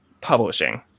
publishing